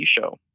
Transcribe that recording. show